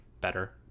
better